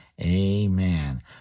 Amen